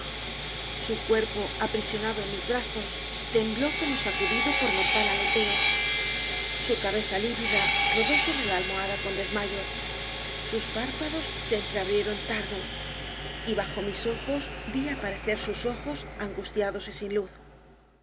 su cuerpo aprisionado en mis brazos y tembló como sacudido por mortal aletea su cabeza lívida rodó sobre la almohada con desmayo sus párpados se entreabrieron tar dos y bajo mis ojos vi aparecer sus ojos an gustiados y sin luz